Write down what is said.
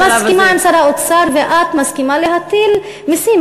אז את מסכימה עם שר האוצר ואת מסכימה להטיל מסים,